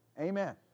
Amen